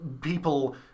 people